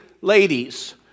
ladies